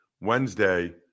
Wednesday